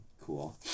cool